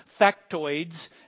factoids